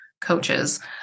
coaches